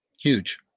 Huge